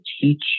teach